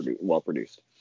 well-produced